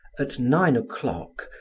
at nine o'clock,